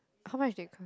how much did it cost